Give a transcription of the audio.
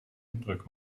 indruk